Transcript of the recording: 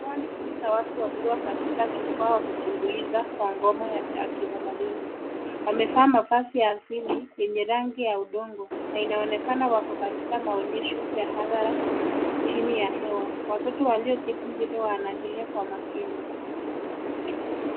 Hawa ni kundi la watu katika jukua wakitumbuiza kwa ngoma ya kitamaduni, wamevaa mavazi ya asili yenye rangi ya udongo na inaonekana wako katika maonyesho ya hadhara chini ya hewa. Watoto walioketi mbele wanaangalia kwa makini.